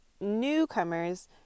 newcomers